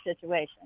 situation